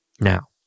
now